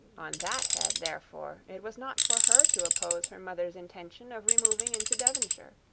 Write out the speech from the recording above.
on that head, therefore, it was not for her to oppose her mother's intention of removing into devonshire.